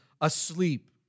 asleep